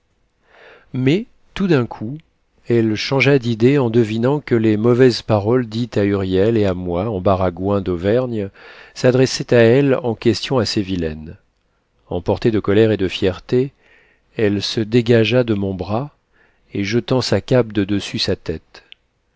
mais tout d'un coup elle changea d'idée en devinant que les mauvaises paroles dites à huriel et à moi en baragouin d'auvergne s'adressaient à elle en questions assez vilaines emportée de colère et de fierté elle se dégagea de mon bras et jetant sa cape de dessus sa tête